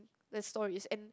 the story is end